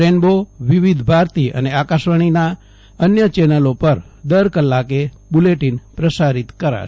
rainbow Vividh Bharati અને આકાશવાણીની અન્ય ચેનલો પર દર કલાકે બુલેટિન પ્રસારિત કરવામાં આવશે